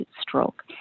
stroke